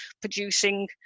producing